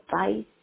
advice